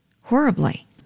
horribly